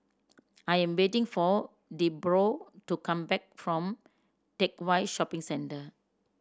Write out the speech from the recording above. I am waiting for Debroah to come back from Teck Whye Shopping Centre